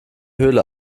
höhle